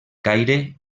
caire